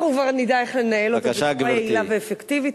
אנחנו כבר נדע איך לנהל אותו בצורה יעילה ואפקטיבית.